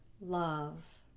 love